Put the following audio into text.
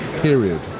Period